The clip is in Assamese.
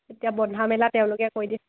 এতিয়া বন্ধা মেলা তেওঁলোকে কৰি দিয়ে